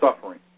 suffering